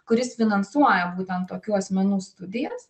kuris finansuoja būtent tokių asmenų studijas